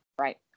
Right